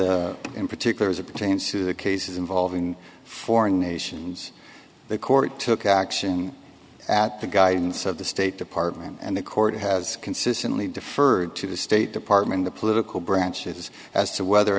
and in particular as it pertains to the cases involving foreign nations the court took action at the guidance of the state department and the court has consistently deferred to the state department the political branches as to whether or